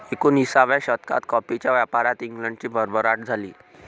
एकोणिसाव्या शतकात कॉफीच्या व्यापारात इंग्लंडची भरभराट झाली